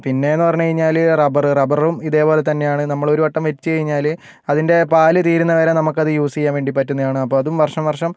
പിന്നേന്ന് പറഞ്ഞ് കഴിഞ്ഞാല് റബ്ബറ് റബ്ബറും ഇതേപോലെ തന്നെയാണ് നമ്മളൊരു വട്ടം വെച്ച് കഴിഞ്ഞാല് അതിൻ്റെ പാല് തീരുന്ന വരെ നമുക്കത് യൂസ് ചെയ്യാൻ വേണ്ടി പറ്റുന്നതാണ് അപ്പോൾ അതും വർഷം വർഷം